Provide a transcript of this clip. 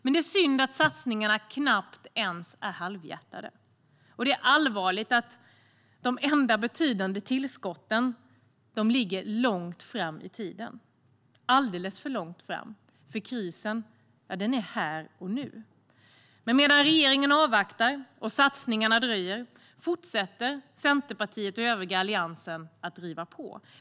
Men det är synd att satsningarna knappt ens är halvhjärtade, och det är allvarligt att de enda betydande tillskotten ligger alldeles för långt fram i tiden, för krisen råder här och nu. Men medan regeringen avvaktar och satsningarna dröjer fortsätter Centerpartiet och övriga i Alliansen att driva på.